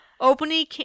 opening